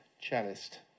cellist